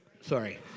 Sorry